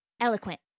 Eloquent